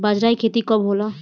बजरा के खेती कब होला?